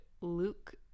Luke